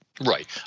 Right